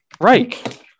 Right